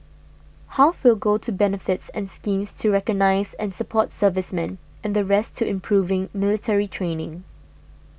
half will go to benefits and schemes to recognise and support servicemen and the rest to improving military training